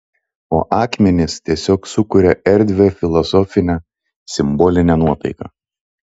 o akmenys tiesiog sukuria erdvią filosofinę simbolinę nuotaiką